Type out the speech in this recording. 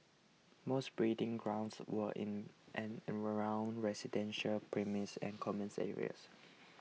most breeding grounds were in and around residential premises and common areas